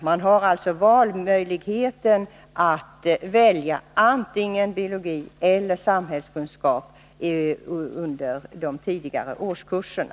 De har möjligheten att välja antingen biologi eller samhällskunskap under de tidigare årskurserna.